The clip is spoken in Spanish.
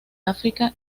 áfrica